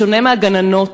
בשונה מהגננות,